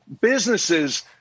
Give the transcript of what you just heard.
Businesses